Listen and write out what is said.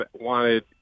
wanted